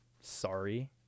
Sorry